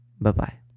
Bye-bye